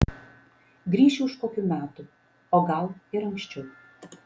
grįšiu už kokių metų o gal ir anksčiau